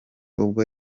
ubwo